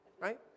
right